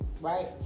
right